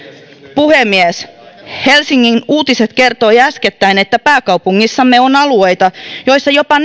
puhemies helsingin uutiset kertoi äskettäin että pääkaupungissamme on alueita joissa jopa